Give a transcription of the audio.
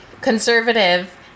conservative